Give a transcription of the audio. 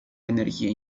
energía